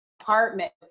apartment